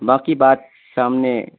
باقی بات شام میں